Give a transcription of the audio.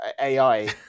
AI